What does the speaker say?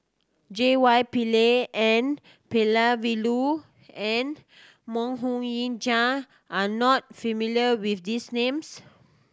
J Y Pillay N Palanivelu and Mok Ying Jang are you not familiar with these names